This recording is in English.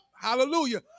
Hallelujah